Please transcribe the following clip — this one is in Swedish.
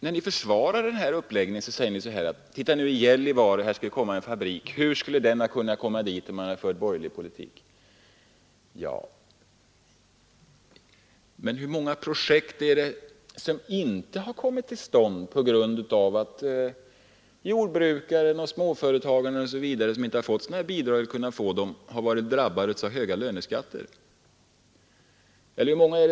När Ni försvarar denna uppläggning pekar Ni på att det skall komma en fabrik till Gällivare; hur skulle den ha kunnat komma dit om det förts en borgerlig politik? Men hur många projekt är det som inte kommit till stånd på grund av att jordbrukare och småföretagare, som varit drabbade av höga löneskatter, inte fått sina bidrag?